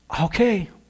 okay